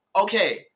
Okay